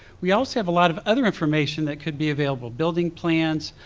we also have a lot of other information that could be available, building plans,